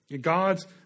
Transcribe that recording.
God's